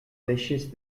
deixes